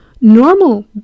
Normal